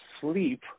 sleep